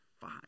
Five